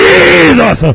Jesus